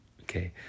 Okay